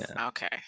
Okay